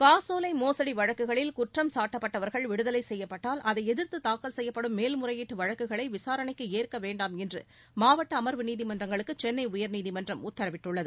காசோலை மோசடி வழக்குகளில் குற்றம் சாட்டப்பட்டவர்கள் விடுதலை செய்யப்பட்டால் அதை எதிர்த்து தாக்கல் செய்யப்படும் மேல் முறையீட்டு வழக்குகளை விசாரணைக்கு ஏற்க வேண்டாம் என்று மாவட்ட அமர்வு நீதிமன்றங்களுக்கு சென்னை உயர்நீதிமன்றம் உத்தரவிட்டுள்ளது